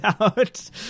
out